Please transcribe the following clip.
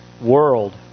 world